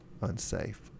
unsafe